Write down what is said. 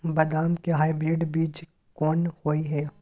बदाम के हाइब्रिड बीज कोन होय है?